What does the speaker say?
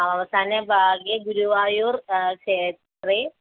अवसाने भागे गुरुवायुरक्षेत्रे